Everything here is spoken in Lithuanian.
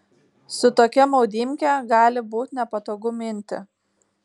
su tokia maudymke gali būt nepatogu minti